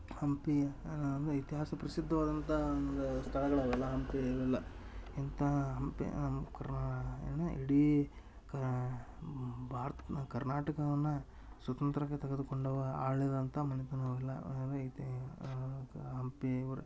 ಹಂಪಿಯ ಇತಿಹಾಸ ಪ್ರಸಿದ್ಧವಾದಂಥಾ ಒಂದು ಸ್ಥಳಗಳ್ ಅವೆಲ್ಲಾ ಹಂಪಿ ಇವೆಲ್ಲ ಇಂಥಾ ಹಂಪಿ ನಮ್ಮ ಕರ್ನಾ ಏನ ಇಡೀ ಕಾ ಬಾರ್ತ್ ಕರ್ನಾಟಕವನ್ನ ಸ್ವತಂತ್ರ್ಯಕ್ಕೆ ತೆಗೆದುಕೊಂಡವ ಆಳಿದಂಥ ಮನೆತನ ಅವೆಲ್ಲ ಇದೈತಿ ಹಂಪಿ ಊರು